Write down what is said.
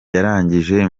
yarangije